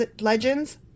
legends